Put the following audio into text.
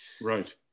right